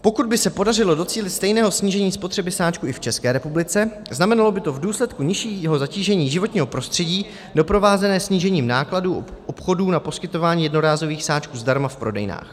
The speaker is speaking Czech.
Pokud by se podařilo docílit stejného snížení spotřeby sáčků i v České republice, znamenalo by to v důsledku nižší zatížení životního prostředí doprovázené snížením nákladů obchodů na poskytování jednorázových sáčků zdarma v prodejnách.